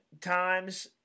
times